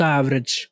average